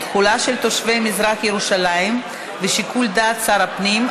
תחולה על תושבי מזרח ירושלים ושיקול דעת שר הפנים),